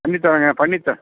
பண்ணித் தர்றேங்க பண்ணித் த